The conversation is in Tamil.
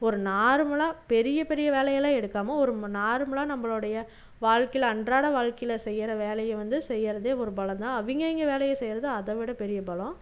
ஒரு நார்மலா பெரிய பெரிய வேலையெலாம் எடுக்காமல் ஒரு ம நார்மலாக நம்பளோடைய வாழ்க்கையில் அன்றாட வாழ்க்கையில் செய்கிற வேலையை வந்து செய்யறதே ஒரு பலம்தான் அவங்கவிங்க வேலையை செய்யறது அதைவிட பெரிய பலம்